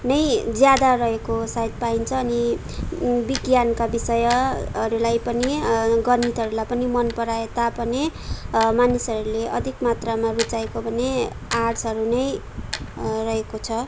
नै ज्यादा रहेको सायद पाइन्छ अनि विज्ञानका विषयहरूलाई पनि गणितहरूलाई पनि मन पराए तापनि मानिसहरूले अधिक मात्रामा रूचाएको भने आर्ट्सहरू नै रहेको छ